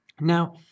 Now